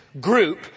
group